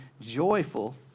joyful